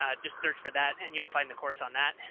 ah just search for that and you'll find the course on that.